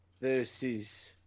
versus